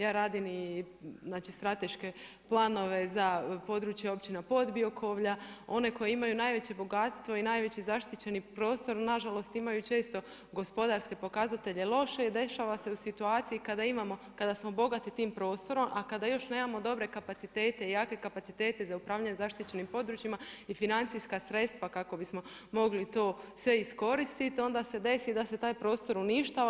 Ja radim i strateške planove … za područje općina Podbiokovlja, one koje imaju najveće bogatstvo i najveći zaštićeni prostor nažalost imaju često gospodarske pokazatelje loše i dešava se u situaciji kada smo bogati tim prostorom, a kada još nemamo dobre i jake kapacitete za upravljanjem zaštićenim područjima i financijska sredstva kako bismo mogli to sve iskoristiti onda se desi da se taj prostor uništava.